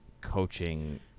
coaching